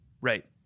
Right